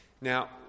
Now